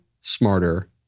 smarter